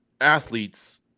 athletes